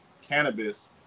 cannabis